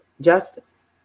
justice